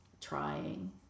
trying